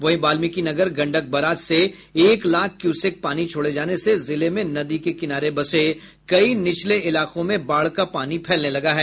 वहीं वाल्मीकिनगर गंडक बराज से एक लाख क्यूसेक पानी छोड़े जाने से जिले में नदी के किनारे बसे कई निचले इलाकों में बाढ़ का पानी फैलने लगा है